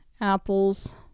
apples